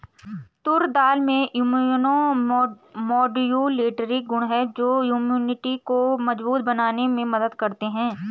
तूर दाल में immunomodulatory गुण हैं जो इम्यूनिटी को मजबूत बनाने में मदद करते है